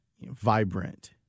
vibrant